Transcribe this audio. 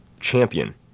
champion